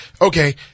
okay